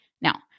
Now